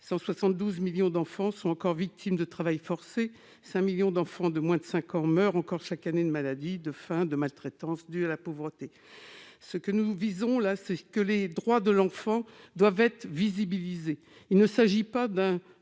172 millions d'enfants sont encore victimes de travail forcé, 5 millions d'enfants de moins de cinq ans meurent encore chaque année de maladies, de faim et de maltraitances dues à la pauvreté. Les droits de l'enfant doivent être visibilisés. Il s'agit non pas d'un